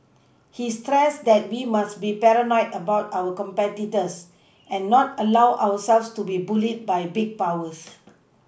he stressed that we must be paranoid about our competitors and not allow ourselves to be bullied by big powers